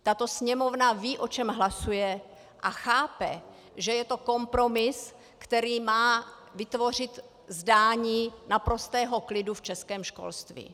Tato Sněmovna ví, o čem hlasuje a chápe, že je to kompromis, který má vytvořit zdání naprostého klidu v českém školství.